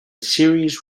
series